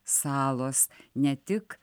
salos ne tik